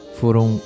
foram